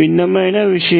భిన్నమైన విషయం